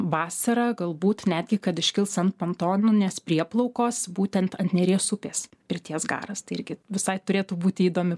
vasarą galbūt netgi kad iškils an pantoninės prieplaukos būtent ant neries upės pirties garas tai irgi visai turėtų būti įdomi